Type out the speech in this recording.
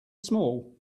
small